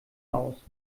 aus